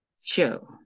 show